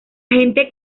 gente